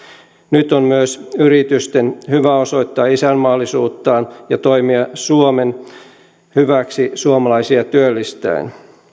nyt on myös yritysten hyvä osoittaa isänmaallisuuttaan ja toimia suomen hyväksi suomalaisia työllistäen